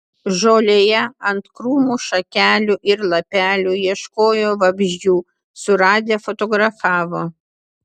žolėje ant krūmų šakelių ir lapelių ieškojo vabzdžių suradę fotografavo